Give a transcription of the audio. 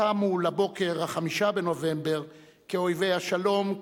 קמו לבוקר ה-5 בנובמבר כאויבי השלום,